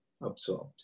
absorbed